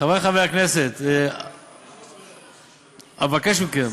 חברי חברי הכנסת, אבקש מכם